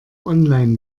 online